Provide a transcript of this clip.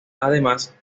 además